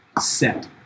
set